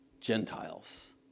Gentiles